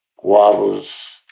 guavas